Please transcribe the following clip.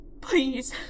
please